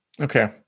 okay